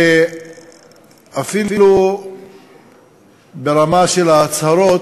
ואפילו ברמה של ההצהרות,